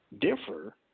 differ